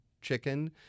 chicken